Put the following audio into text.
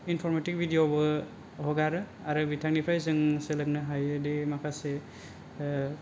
informative बिदिअ'बो हगारो आरो बिथांनिफ्राय जों सोलोंनो हायोदि माखासे